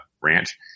ranch